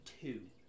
two